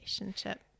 relationship